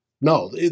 no